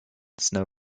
snow